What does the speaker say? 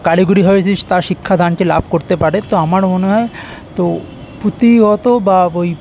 কারিগরি ভাবে যদি তা শিক্ষাদানকে লাভ করতে পারে তো আমার মনে হয় তো পুঁথিগত বা ওই